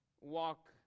Walk